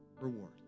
reward